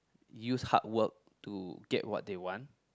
use hardwork to get what they want